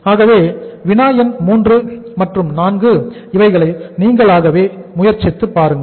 ஆகவே வினா எண் 3 மற்றும் 4 இவைகளை நீங்களாகவே முயற்சித்து பாருங்கள்